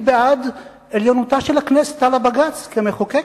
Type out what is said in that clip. אני בעד עליונותה של הכנסת על הבג"ץ כמחוקקת.